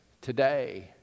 today